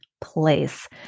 place